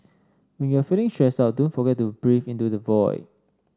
when you are feeling stressed out don't forget to breathe into the void